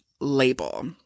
label